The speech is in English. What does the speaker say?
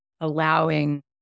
allowing